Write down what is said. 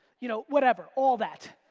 you know, whatever, all that.